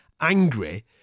angry